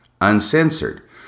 uncensored